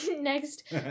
next